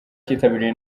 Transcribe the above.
kitabiriwe